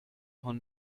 con